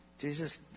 Jesus